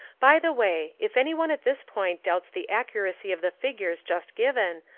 by the way, if any one at this point doubts the accuracy of the figures just given,